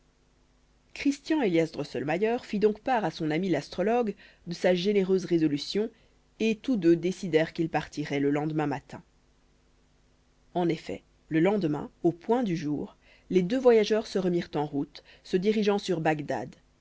drosselmayer fit donc part à son ami l'astrologue de sa généreuse résolution et tous deux décidèrent qu'ils partiraient le lendemain matin en effet le lendemain au point du jour les deux voyageurs se remirent en route se dirigeant sur bagdad